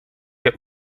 heb